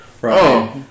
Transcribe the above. Right